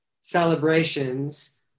Celebrations